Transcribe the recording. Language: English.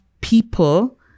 people